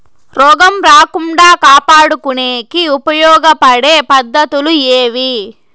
రోగం రాకుండా కాపాడుకునేకి ఉపయోగపడే పద్ధతులు ఏవి?